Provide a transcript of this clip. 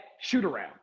shoot-around